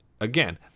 Again